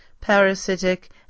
parasitic